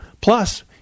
Plus